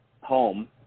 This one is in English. home